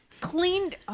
Cleaned